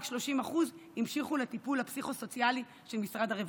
רק 30% המשיכו לטיפול הפסיכו-סוציאלי של משרד הרווחה.